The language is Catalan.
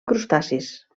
crustacis